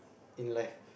in life